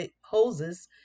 Hoses